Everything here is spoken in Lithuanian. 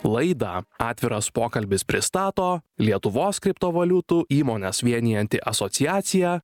laidą atviras pokalbis pristato lietuvos kriptovaliutų įmones vienijanti asociacija